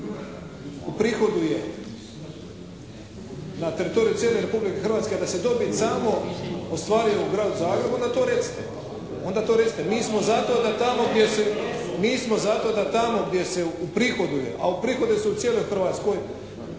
uprihoduje na teritoriju cijele Republike Hrvatske da se dobit samo ostvaruje u Gradu Zagrebu onda to recite, onda to recite. Mi smo za to da tamo gdje se uprihoduje, a uprihoduje se u cijeloj Hrvatskoj.